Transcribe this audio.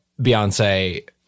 Beyonce